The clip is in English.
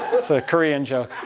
it's a korean joke.